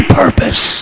purpose